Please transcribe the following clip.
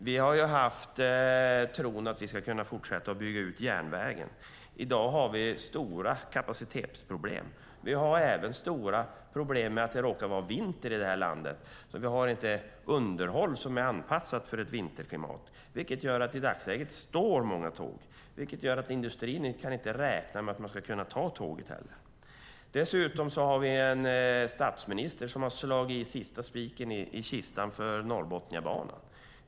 Vi har haft tron att vi ska kunna fortsätta att bygga ut järnvägen. I dag har vi stora kapacitetsproblem. Vi har även stora problem med att det råkar vara vinter i det här landet. Men vi har inte underhåll som är anpassat för ett vinterklimat, vilket gör att många tåg står i dagsläget, vilket gör att industrin inte heller kan räkna med att kunna ta tåget. Dessutom har vi en statsminister som har slagit i sista spiken i kistan för Norrbotniabanan.